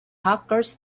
hackers